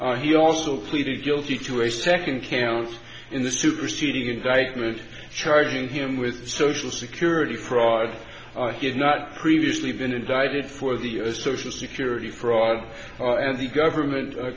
count he also pleaded guilty to a second counts in the superseding indictment charging him with social security fraud has not previously been indicted for the a social security fraud and the government